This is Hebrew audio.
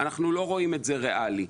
אנחנו לא רואים את זה ריאלי.